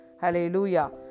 Hallelujah